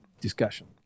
discussion